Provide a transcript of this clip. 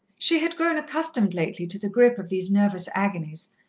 she had grown accustomed lately to the grip of these nervous agonies,